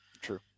true